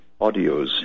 audios